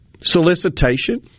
solicitation